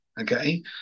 Okay